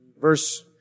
Verse